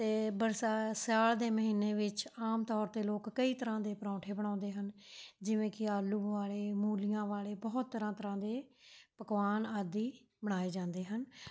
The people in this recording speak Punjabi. ਅਤੇ ਬਰਸਾ ਸਿਆਲ ਦੇ ਮਹੀਨੇ ਵਿੱਚ ਆਮ ਤੌਰ 'ਤੇ ਲੋਕ ਕਈ ਤਰ੍ਹਾਂ ਦੇ ਪਰੌਂਠੇ ਬਣਾਉਂਦੇ ਹਨ ਜਿਵੇਂ ਕਿ ਆਲੂ ਵਾਲ਼ੇ ਮੂਲੀਆਂ ਵਾਲ਼ੇ ਬਹੁਤ ਤਰ੍ਹਾਂ ਤਰ੍ਹਾਂ ਦੇ ਪਕਵਾਨ ਆਦਿ ਬਣਾਏ ਜਾਂਦੇ ਹਨ